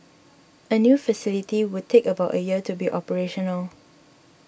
a new facility would take about a year to be operational